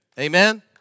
Amen